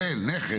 נכד.